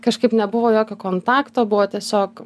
kažkaip nebuvo jokio kontakto buvo tiesiog